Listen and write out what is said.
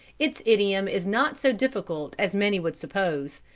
its idiom is not so difficult as many would suppose.